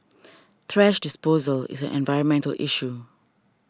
thrash disposal is an environmental issue